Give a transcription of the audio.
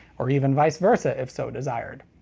or even vice versa, if so desired.